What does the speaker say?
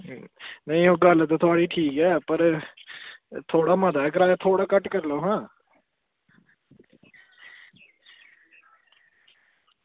नेईं ओह् गल्ल ते थुआढ़ी ठीक ऐ पर थोह्ड़ा मता गै किराया थोह्ड़ा घट्ट करो आं